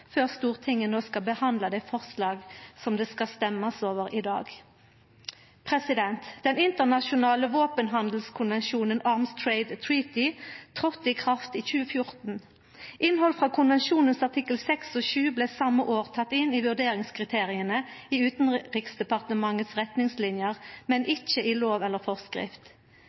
før Stortinget no skal behandla det forslaget som det skal stemmast over i dag. Den internasjonale våpenhandelskonvensjonen Arms Trade Treaty tredde i kraft i 2014. Innhald frå artikkel 26 i konvensjonen blei same år teke inn i vurderingskriteria i Utanriksdepartementet sine retningslinjer, men ikkje i lov eller forskrift.